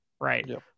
Right